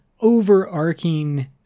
overarching